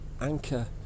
Anchor